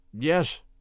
yes